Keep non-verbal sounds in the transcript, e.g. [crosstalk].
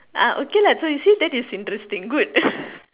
ah okay lah so that is interesting good [laughs]